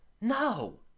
No